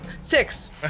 Six